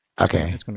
okay